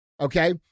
okay